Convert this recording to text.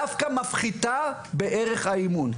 דווקא מפחיתה בערך האימון.